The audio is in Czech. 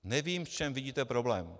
Nevím, v čem vidíte problém.